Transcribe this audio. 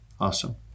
awesome